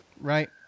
right